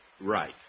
Right